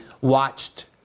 watched